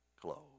clothes